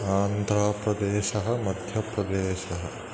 आन्ध्रप्रदेशः मध्यप्रदेशः